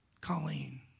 Colleen